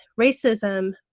racism